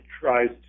tries